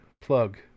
plug